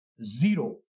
zero